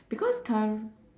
because curr~